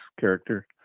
character